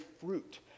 fruit